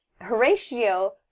Horatio